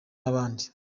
n’abandi